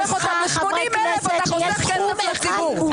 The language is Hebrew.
אותם ל-80,000 אתה חוסך כסף לציבור.